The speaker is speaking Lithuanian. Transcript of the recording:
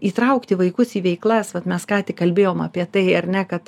įtraukti vaikus į veiklas vat mes ką tik kalbėjom apie tai ar ne kad